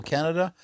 Canada